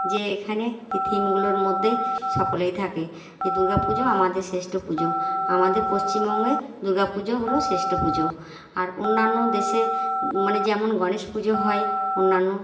যে এখানে এই থিমগুলোর মধ্যেই সকলেই থাকে এ দুর্গা পুজো আমাদের শ্রেষ্ঠ পুজো আমাদের পশ্চিমবঙ্গে দুর্গা পুজো হল শ্রেষ্ঠ পুজো আর অন্যান্য দেশে মানে যেমন গণেশ পুজো হয় অন্যান্য